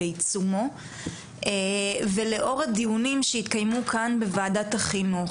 בעיצומו ולאור הדיונים שהתקיימו כאן בוועדת החינוך.